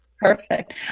Perfect